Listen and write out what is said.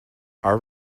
our